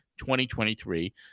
2023